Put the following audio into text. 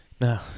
No